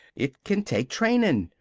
it can take trainin'.